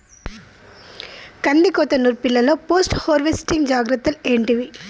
కందికోత నుర్పిల్లలో post harvesting జాగ్రత్తలు ఏంటివి?